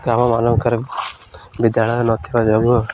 ଗ୍ରାମମାନଙ୍କରେ ବିଦ୍ୟାଳୟ ନଥିବା ଯୋଗୁଁ